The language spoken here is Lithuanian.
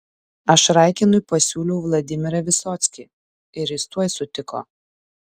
aš raikinui pasiūliau vladimirą visockį ir jis tuoj sutiko